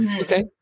Okay